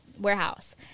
warehouse